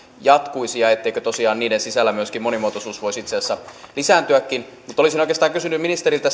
jatkuisi ja etteikö tosiaan niiden sisällä myöskin monimuotoisuus voisi itse asiassa lisääntyäkin mutta olisin oikeastaan kysynyt ministeriltä